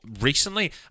recently